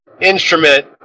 instrument